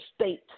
state